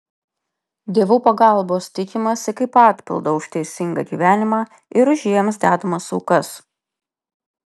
dievų pagalbos tikimasi kaip atpildo už teisingą gyvenimą ir už jiems dedamas aukas